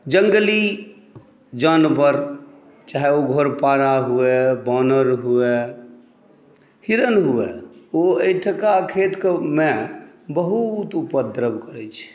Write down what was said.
जङ्गली जानबर चाहै ओ घोड़पारा हुए बानर हुए हिरण हुए ओ एहिठुनका खेतमे बहुत उपद्रव करै छै